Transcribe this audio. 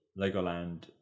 Legoland